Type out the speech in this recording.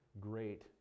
great